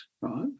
right